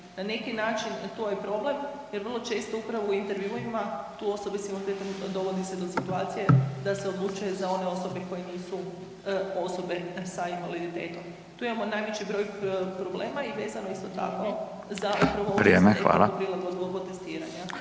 Na neki način tu je problem jer vrlo često upravo u intervjuima tu osobe s invaliditetom dovodi se do situacije da se odlučuje za one osobe koje nisu osobe sa invaliditetom. Tu imamo najveći broj problema i vezano isto tako za upravo ovu …/Upadica: